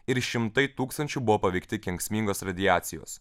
ir šimtai tūkstančių buvo paveikti kenksmingos radiacijos